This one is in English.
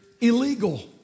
illegal